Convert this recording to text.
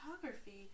Photography